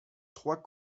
trois